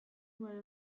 while